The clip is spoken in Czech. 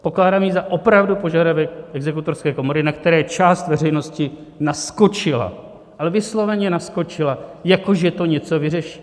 Pokládám ji opravdu za požadavek Exekutorské komory, na který část veřejnosti naskočila, ale vysloveně naskočila, jako že to něco vyřeší.